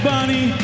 Bunny